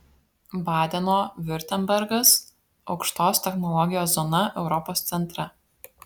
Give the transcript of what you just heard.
badeno viurtembergas aukštos technologijos zona europos centre